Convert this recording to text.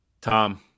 tom